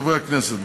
חברי הכנסת,